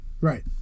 right